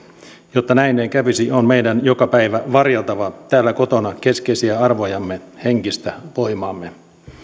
jotta näin ei kävisi on meidän joka päivä varjeltava täällä kotona keskeisiä arvojamme henkistä voimaamme